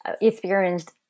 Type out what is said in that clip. experienced